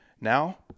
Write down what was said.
Now